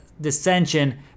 dissension